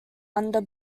under